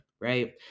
Right